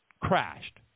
crashed –